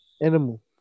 animal